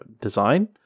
design